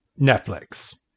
Netflix